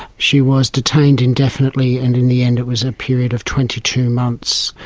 she was detained indefinitely and in the end it was a period of twenty two months